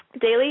daily